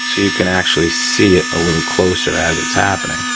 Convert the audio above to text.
you can actually see it a little closer as its happening.